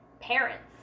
parents